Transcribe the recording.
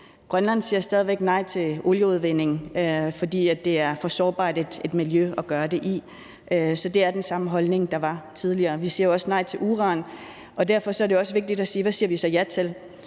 Grønland siger stadig væk nej til olieudvinding, fordi det er for sårbart et miljø at gøre det i. Så det er den samme holdning, som der var tidligere, og vi siger også nej til uran, og derfor er det også vigtigt at sige: Hvad siger vi så ja til?